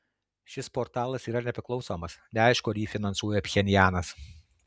šis portalas yra nepriklausomas neaišku ar jį finansuoja pchenjanas